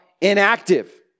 inactive